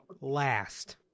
last